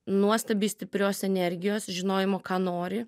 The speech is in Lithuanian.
nuostabiai stiprios energijos žinojimo ką nori